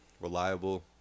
reliable